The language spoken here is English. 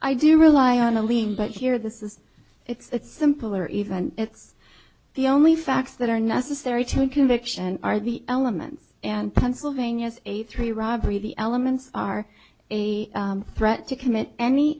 i do rely on a lean but here this is it's simple or even it's the only facts that are necessary to conviction are the elements and pennsylvania is a three robbery the elements are a threat to commit any